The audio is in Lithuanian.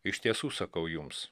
iš tiesų sakau jums